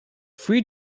free